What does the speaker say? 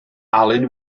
alun